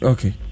Okay